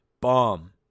bomb